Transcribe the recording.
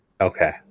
Okay